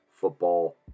football